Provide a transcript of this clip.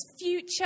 future